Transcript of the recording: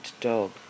dog